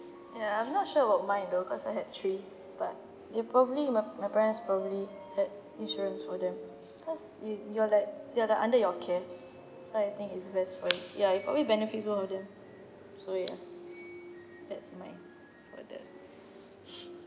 I'm not sure about mine though cause I had three but they probably my my parents probably had insurance for them cause you you're like they are the under your care so I think is best for you ya it probably benefits both of them so ya that's mine for that